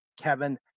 Kevin